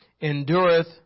endureth